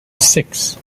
six